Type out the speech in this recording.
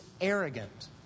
arrogant